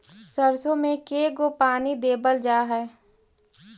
सरसों में के गो पानी देबल जा है?